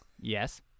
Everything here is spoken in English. Yes